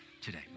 Today